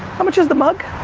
how much is the mug?